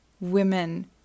women